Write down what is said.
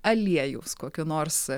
aliejaus kokio nors